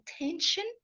attention